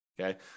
Okay